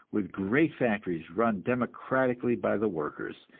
with great factories run democratically by the workers,